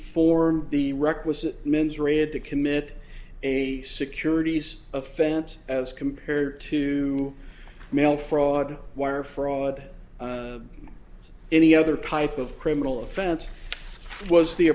form the requisite mens rea had to commit a securities of fant as compared to mail fraud wire fraud any other type of criminal offense was the